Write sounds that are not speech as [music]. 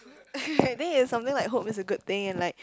[laughs] then it's something like hope is a good thing and like